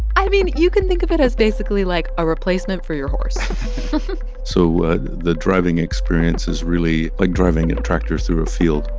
i mean, you can think of it as, basically, like a replacement for your horse so the driving experience is really like driving and a tractor through a field.